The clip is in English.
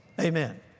Amen